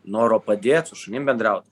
noro padėt su šunim bendraut